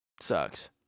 sucks